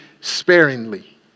sparingly